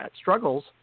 struggles